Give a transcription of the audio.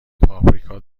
پاپریکا